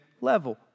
level